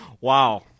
wow